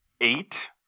eight